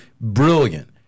brilliant